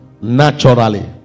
naturally